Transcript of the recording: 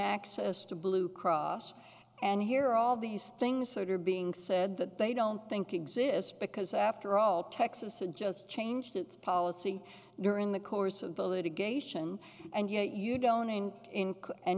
access to blue cross and hear all these things are being said that they don't think exists because after all texas and just changed its policy during the course of the litigation and yet you don't in in and